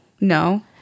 No